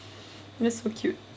that's so cute